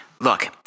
Look